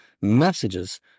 messages